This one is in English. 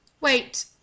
Wait